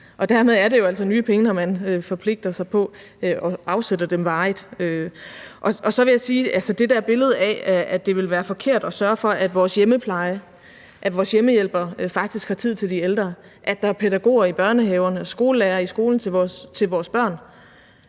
og dermed er det altså nye penge, når man forpligter sig på at afsætte dem varigt. Og så må jeg sige, at det der billede af, at det ville være forkert at sørge for, at vores hjemmehjælpere i hjemmeplejen faktisk har tid til de ældre, og at der er pædagoger i børnehaven og skolelærere i skolen til vores børn,